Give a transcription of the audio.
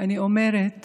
אני אומרת